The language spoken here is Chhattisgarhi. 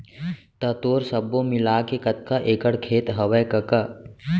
त तोर सब्बो मिलाके कतका एकड़ खेत हवय कका?